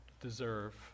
deserve